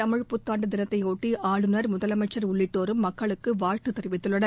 தமிழ் புத்தாண்டு தினத்தையொட்டி ஆளுநர் முதலமைச்சள் உள்ளிட்டோரும் மக்களுக்கு வாழ்த்து தெரிவித்துள்ளனர்